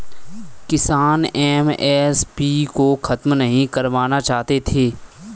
किसान एम.एस.पी को खत्म नहीं करवाना चाहते थे